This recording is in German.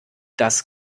das